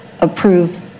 approve